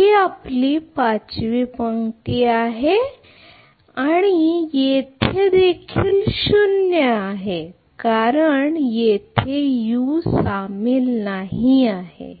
ही आपली पाचवी पंक्ती आहे आणि येथे देखील शून्य आहे कारण येथे u सामील नाही आहे